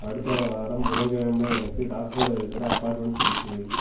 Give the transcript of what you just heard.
அடுத்த வாரம் புதன்கிழமை எனக்கு டாக்டரோட இருக்கிற அப்பாயின்ட்மெண்ட் குறிச்சு வை